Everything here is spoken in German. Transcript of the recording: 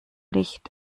licht